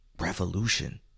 revolution